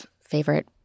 favorite